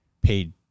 paid